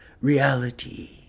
reality